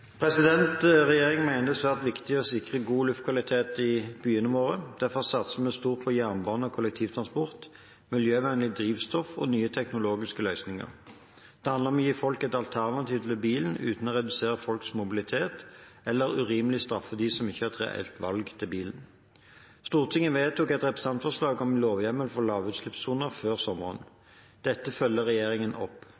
Regjeringen mener det er svært viktig å sikre god luftkvalitet i byene våre. Derfor satser vi stort på jernbane og kollektivtransport, miljøvennlig drivstoff og nye teknologiske løsninger. Det handler om å gi folk et alternativ til bilen uten å redusere folks mobilitet eller urimelig straffe dem som ikke har et reelt valg til bilen. Stortinget vedtok et representantforslag om lovhjemmel for lavutslippssoner før